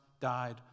died